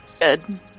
good